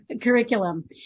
curriculum